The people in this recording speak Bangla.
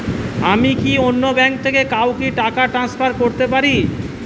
আমি কি অন্য ব্যাঙ্ক থেকে কাউকে টাকা ট্রান্সফার করতে পারি?